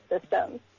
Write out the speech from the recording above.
systems